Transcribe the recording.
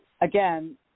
Again